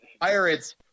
Pirates